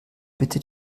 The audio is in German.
bitte